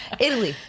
Italy